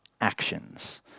actions